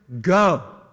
go